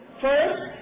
First